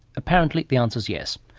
apparently the answer is yes.